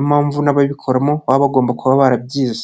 Impamvu n'ababikoramo baba bagomba kuba barabyize.